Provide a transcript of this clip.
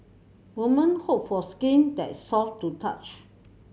women hope for a skin that soft to touch